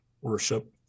worship